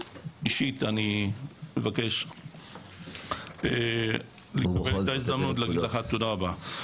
אישית, אני מבקש באותה הזדמנות להגיד לך תודה רבה.